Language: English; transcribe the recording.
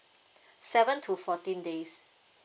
seven to fourteen days